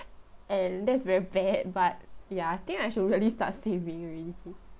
and that's very bad but ya I think I should really start saving already